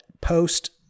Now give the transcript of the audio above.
post